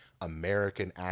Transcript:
American